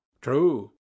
True